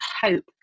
hope